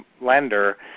lender